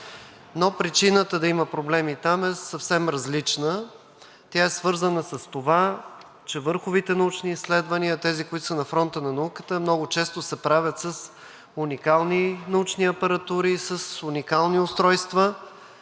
но причината там да има проблеми, е съвсем различна. Тя е свързана с това, че върховите научни изследвания – тези, които са на фронта на науката, много често се правят с уникални научни апаратури, с уникални устройства,